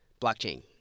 blockchain